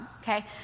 Okay